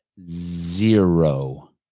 zero